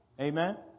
Amen